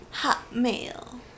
Hotmail